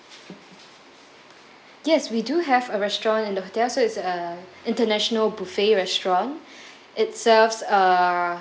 yes we do have a restaurant in the hotel so it's uh international buffet restaurant it serves uh